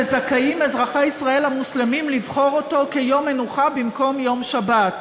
וזכאים אזרחי ישראל המוסלמים לבחור אותו כיום מנוחה במקום יום שבת.